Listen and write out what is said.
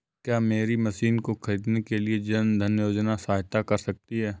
क्या मेरी मशीन को ख़रीदने के लिए जन धन योजना सहायता कर सकती है?